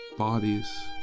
bodies